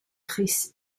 chris